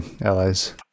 allies